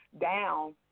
down